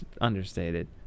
understated